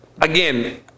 again